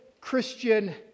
Christian